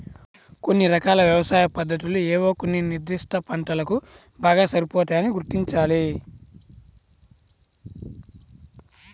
కొన్ని రకాల వ్యవసాయ పద్ధతులు ఏవో కొన్ని నిర్దిష్ట పంటలకు బాగా సరిపోతాయని గుర్తించాలి